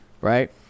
right